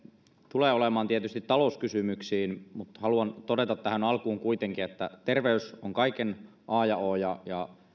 tulee olemaan tietysti talouskysymyksissä mutta haluan todeta tähän alkuun kuitenkin että terveys on kaiken a ja o ja ja